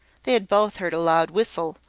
they had both heard a loud whistle,